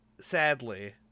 sadly